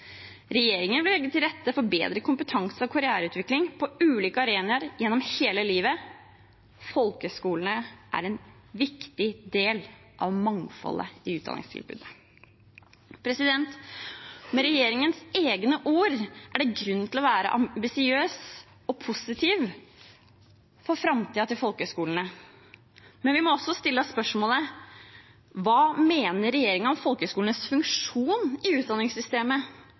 Regjeringen vil legge til rette for bedre kompetanse- og karriereutvikling på ulike arenaer og gjennom hele livet. Folkehøyskoler er en viktig del av mangfoldet i utdanningstilbudet.» Ut fra regjeringens egne ord er det grunn til å være ambisiøs og positiv på vegne av framtiden til folkehøgskolene, men vi må også stille spørsmålet: Hva mener regjeringen om folkehøgskolenes funksjon i utdanningssystemet,